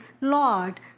Lord